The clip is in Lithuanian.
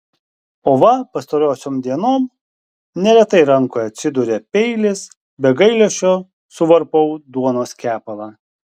o va pastarosiom dienom neretai rankoje atsiduria peilis be gailesčio suvarpau duonos kepalą